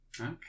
Okay